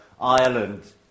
Ireland